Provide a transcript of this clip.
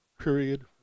period